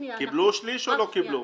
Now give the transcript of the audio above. קיבלו שליש או לא קיבלו?